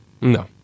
No